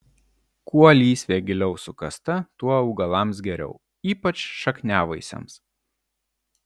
kuo lysvė giliau sukasta tuo augalams geriau ypač šakniavaisiams